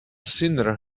sinner